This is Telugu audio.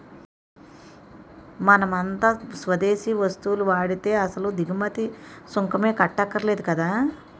మనమంతా స్వదేశీ వస్తువులు వాడితే అసలు దిగుమతి సుంకమే కట్టక్కర్లేదు కదా